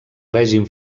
règim